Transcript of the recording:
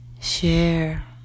share